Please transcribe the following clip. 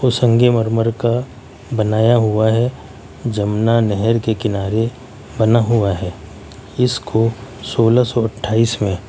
وہ سنگ مرمر کا بنایا ہوا ہے جمنا نہر کے کنارے بنا ہوا ہے اس کو سولہ سو اٹھائیس میں